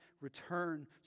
return